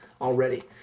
already